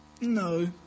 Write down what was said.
No